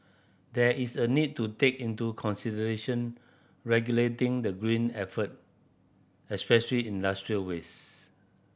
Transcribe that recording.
there is a need to take into consideration regulating the green effort especially industrial waste